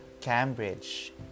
Cambridge